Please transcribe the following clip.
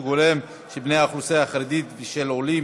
הולם של בני האוכלוסייה החרדית ושל עולים